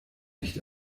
nicht